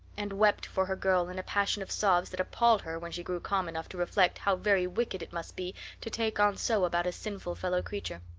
and wept for her girl in a passion of sobs that appalled her when she grew calm enough to reflect how very wicked it must be to take on so about a sinful fellow creature.